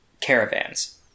caravans